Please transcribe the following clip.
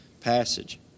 passage